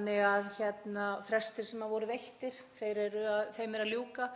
og frestum sem voru veittir er að ljúka.